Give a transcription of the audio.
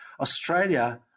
Australia